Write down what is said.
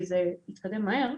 כי זה מתקדם מהר,